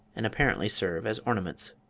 and apparently serve as ornaments.